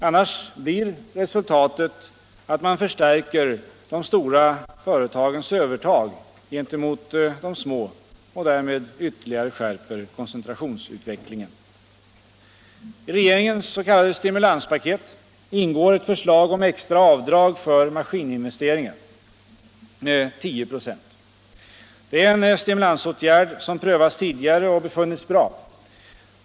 Annars blir resultatet att man förstärker de stora företagens övertag gentemot de små och därmed ytterligare skärper koncentrationsutvecklingen. I regeringens s.k. stimulanspaket ingår ett förslag om extra avdrag för maskininvesteringar med 10 96 . Det är en stimulansåtgärd som prövats tidigare och befunnits bra.